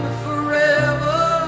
forever